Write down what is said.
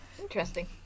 Interesting